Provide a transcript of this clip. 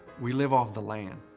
we live off the land.